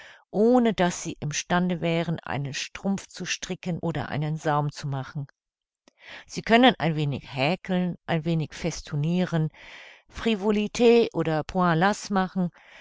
ohne daß sie im stande wären einen strumpf zu stricken oder einen saum zu machen sie können ein wenig häkeln ein wenig festonniren frivolit oder point lace machen